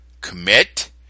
commit